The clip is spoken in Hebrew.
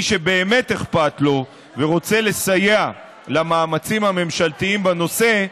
מי שבאמת אכפת לו ורוצה לסייע למאמצים הממשלתיים בנושא,